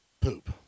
poop